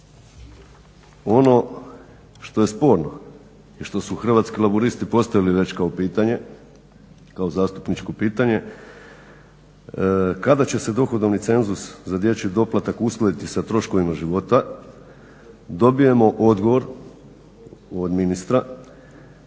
Ono što je sporno i što su Hrvatski laburisti već postavili kao pitanje, kao zastupničko pitanje kada će se dohodovni cenzus za dječji doplatak uskladiti sa troškovima života dobijemo odgovor od ministra,